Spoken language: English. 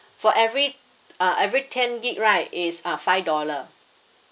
for every uh every ten gig right is uh five dollar